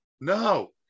No